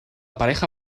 pareja